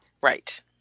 Right